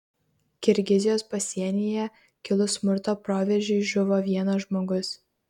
kirgizijos pasienyje kilus smurto proveržiui žuvo vienas žmogus